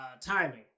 Timing